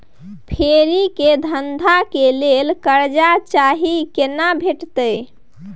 फेरी के धंधा के लेल कर्जा चाही केना भेटतै?